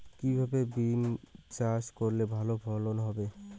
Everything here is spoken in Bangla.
কিভাবে বিম চাষ করলে ভালো ফলন পাব?